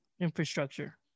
infrastructure